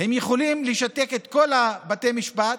הם יכולים לשתק את כל בתי המשפט